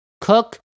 Cook